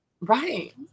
Right